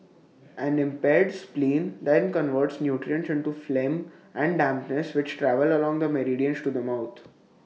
an impaired spleen then converts nutrients into phlegm and dampness which travel along the meridians to the mouth